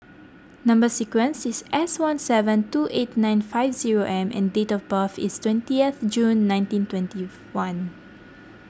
Number Sequence is S one seven two eight nine five zero M and date of birth is twentieth June nineteen twenty one